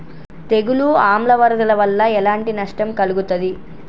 తెగులు ఆమ్ల వరదల వల్ల ఎలాంటి నష్టం కలుగుతది?